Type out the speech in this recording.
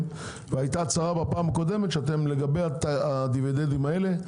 והייתה הצהרה בפעם הקודמת שלגבי הדיבידנדים האלה,